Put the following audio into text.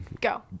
Go